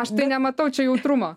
aš tai nematau čia jautrumo